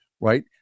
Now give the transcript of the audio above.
right